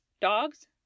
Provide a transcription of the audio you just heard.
dogs